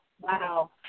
Wow